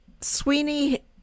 Sweeney